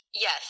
Yes